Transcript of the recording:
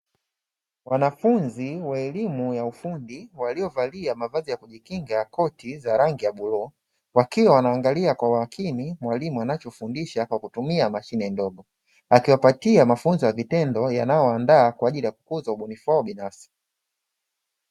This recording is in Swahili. Wanafunzi wa elimu ya ufundi, waliovalia mavazi ya kujikinga ya koti za rangi ya bluu, wakiwa wanaangalia kwa makini mwalimu anachofundisha kwa kutumia mashine ndogo, akiwapatia mafunzo ya vitendo yanayowaandaa kwa ajili ya kukuza ubunifu wao binafsi.